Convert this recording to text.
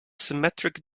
symmetric